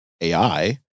AI